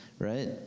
Right